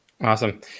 Awesome